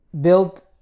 built